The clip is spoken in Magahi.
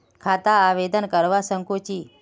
खाता आवेदन करवा संकोची?